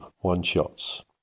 one-shots